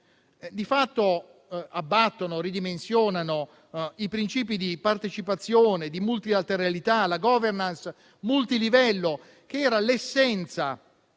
di fatto abbattono e ridimensionano i principi di partecipazione, di multilateralità e la *governance* multilivello, che era l'essenza